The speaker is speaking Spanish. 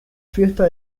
fiesta